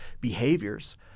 behaviors